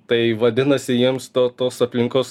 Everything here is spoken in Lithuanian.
tai vadinasi jiems to tos aplinkos